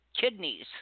kidneys